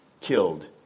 killed